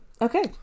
Okay